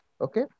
Okay